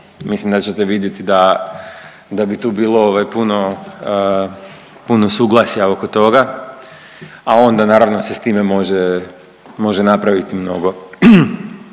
Mislim da ćete vidjeti da bi tu bilo puno suglasja oko toga, a onda naravno se s time može napraviti mnogo.